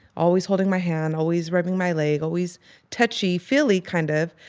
always holding my hand, always rubbing my leg, always touchy-feely kind of,